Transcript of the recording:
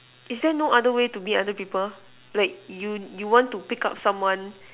is there no other way to know other people like you want to pick up someone